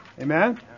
Amen